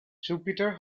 jupiter